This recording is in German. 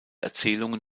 erzählungen